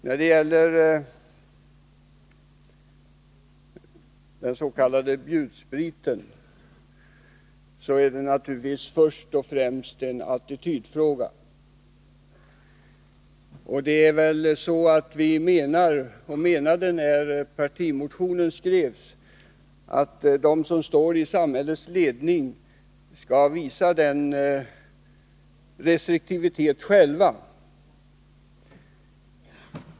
När det gäller den s.k. bjudspriten gäller det naturligtvis först och främst en attitydfråga. När partimotionen skrevs menade vi att de som är i samhällets ledning själva bör visa restriktivitet.